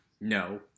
No